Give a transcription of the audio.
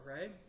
right